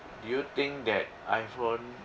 do you think that iPhone